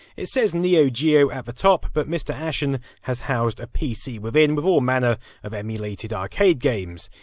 it says neo geo at the top, but mr. ashen has house a pc within, with all manner of emulated arcade games.